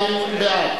42 בעד,